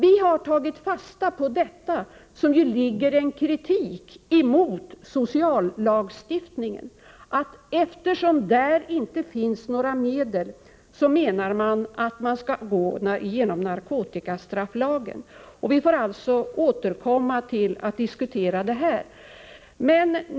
Vi har tagit fasta på detta, som ju innebär en kritik mot sociallagstiftningen. Eftersom där inte finns några medel, menar man att man skall gå via narkotikastrafflagen. Vi får alltså återkomma och diskutera den saken senare.